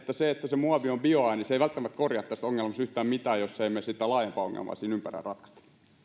se että se muovi on bioaine ei välttämättä korjaa tässä ongelmassa yhtään mitään jos emme me sitä laajempaa ongelmaa siinä ympärillä ratkaise